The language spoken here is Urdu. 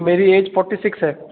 میری ایج فورٹی سکس ہے